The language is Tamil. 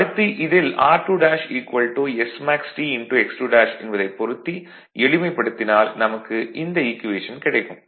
அடுத்து இதில் r2 smaxT x2 என்பதைப் பொருத்தி எளிமைப்படுத்தினால் நமக்கு இந்த ஈக்குவேஷன் கிடைக்கும்